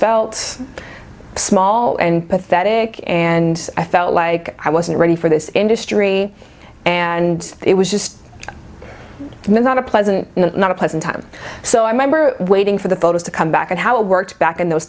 felt small and pathetic and i felt like i wasn't ready for this industry and it was just meant not a pleasant not a pleasant time so i remember waiting for the photos to come back and how it worked back in those